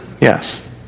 Yes